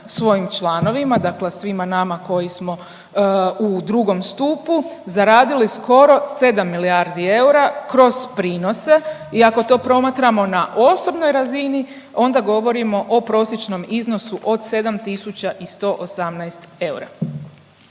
svojim članovima, dakle svima nama koji smo u II. stupu, zaradili skoro 7 milijardi eura kroz pronose i ako to promatramo na osobnoj razini onda govorimo o prosječnom iznosu od 7 tisuća